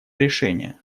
решения